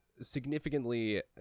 significantly